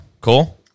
Cool